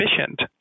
efficient